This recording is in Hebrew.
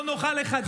אנחנו לא נוכל לחדש,